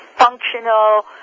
functional